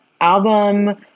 album